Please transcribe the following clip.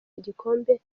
igikombe